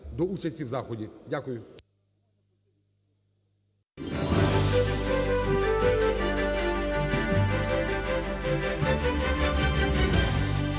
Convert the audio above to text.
Дякую.